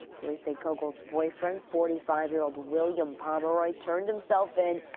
police say koegel's boyfriend. forty five year-old william pomeroy turned himself in.